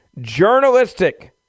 journalistic